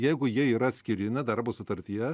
jeigu jie yra atskiri na darbo sutartyje